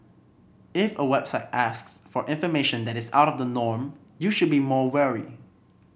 if a website asks for information that is out of the norm you should be more wary